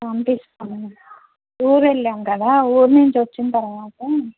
పంపిస్తాము ఊరు వెళ్ళాము కదా ఊరు నుంచి వచ్చిన తర్వాత